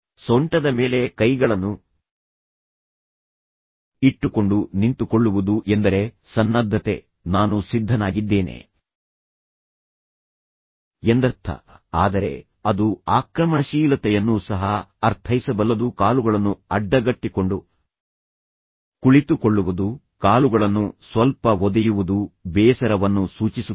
ಸೊಂಟದ ಮೇಲೆ ಕೈಗಳನ್ನು ಇಟ್ಟುಕೊಂಡು ನಿಂತುಕೊಳ್ಳುವುದು ಎಂದರೆ ಸನ್ನದ್ಧತೆ ನಾನು ಸಿದ್ಧನಾಗಿದ್ದೇನೆ ಎಂದರ್ಥ ಆದರೆ ಅದು ಆಕ್ರಮಣಶೀಲತೆಯನ್ನೂ ಸಹ ಅರ್ಥೈಸಬಲ್ಲದು ಕಾಲುಗಳನ್ನು ಅಡ್ಡಗಟ್ಟಿಕೊಂಡು ಕುಳಿತುಕೊಳ್ಳುವುದು ಕಾಲುಗಳನ್ನು ಸ್ವಲ್ಪ ಒದೆಯುವುದು ಬೇಸರವನ್ನು ಸೂಚಿಸುತ್ತದೆ